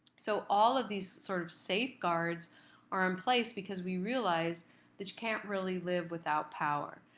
so all of these sort of safeguards are in place because we realize that you can't really live without power.